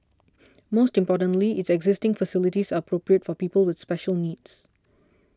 most importantly its existing facilities are appropriate for people with special needs